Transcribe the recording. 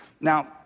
Now